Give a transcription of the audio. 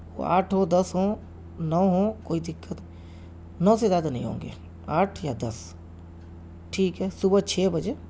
وہ آٹھ ہو دس ہوں نو ہوں کوئی دقت نو سے زیادہ نہیں ہوں گے آٹھ یا دس ٹھیک ہے صبح چھ بجے